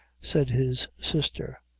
said his sister,